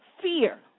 fear